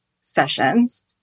sessions